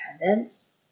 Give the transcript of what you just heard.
independence